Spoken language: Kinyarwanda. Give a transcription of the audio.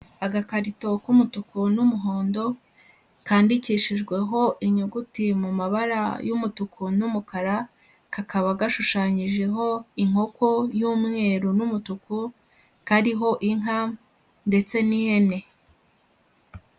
Agakarito k'umutuku n'umuhondo kandikishijweho inyuguti mu mabara y'umutuku n'umukara, kakaba gashushanyijeho inkoko y'umweru n'umutuku kariho inka ndetse n'ihene.